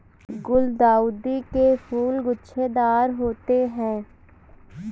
गुलदाउदी के फूल गुच्छेदार होते हैं